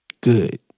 good